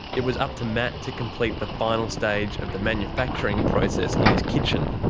it was up to matt to complete the final stage of the manufacturing process in his kitchen.